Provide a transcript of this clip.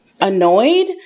annoyed